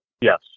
Yes